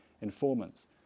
informants